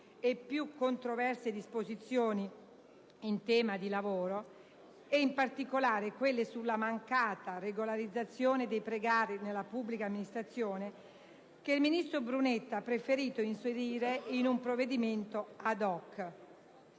e più controverse disposizioni in tema di lavoro e in particolare quelle sulla mancata regolarizzazione dei precari nella pubblica amministrazione, che il ministro Brunetta ha preferito inserire in un provvedimento *ad hoc*.